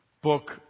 book